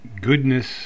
goodness